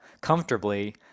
comfortably